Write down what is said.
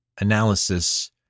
analysis